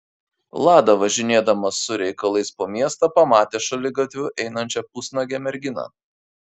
lada važinėdamas su reikalais po miestą pamatė šaligatviu einančią pusnuogę merginą